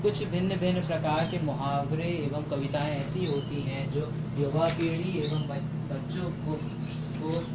कुछ भिन्न भिन्न प्रकार के मुहावरे एवं कविताएं ऐसी होती हैं जो युवा पीढ़ी एवं बच्चों को को